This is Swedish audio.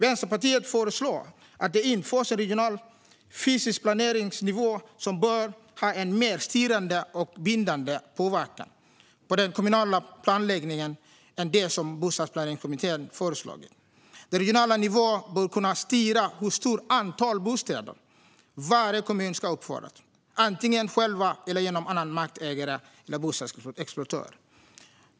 Vänsterpartiet föreslår att det införs en regional fysisk planeringsnivå, som bör ha en mer styrande och bindande påverkan på den kommunala planläggningen än det som Bostadsplaneringskommittén föreslagit. Den regionala nivån bör kunna styra hur stort antal bostäder som varje kommun ska uppföra, antingen själv eller genom annan markägare eller bostadsexploatör.